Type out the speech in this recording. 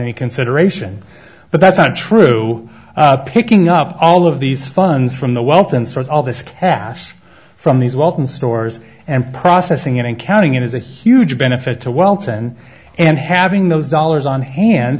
any consideration but that's not true picking up all of these funds from the wealth and source all this cash from these walton stores and processing it and counting it is a huge benefit to welton and having those dollars on hand